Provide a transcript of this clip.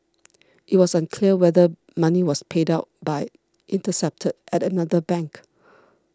it was unclear whether money was paid out but intercepted at another bank